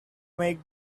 make